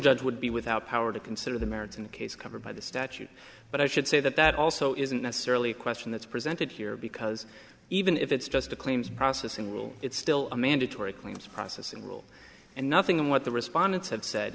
judge would be without power to consider the merits of the case covered by the statute but i should say that that also isn't necessarily a question that's presented here because even if it's just a claims processing rule it's still a mandatory claims process and rule and nothing in what the responde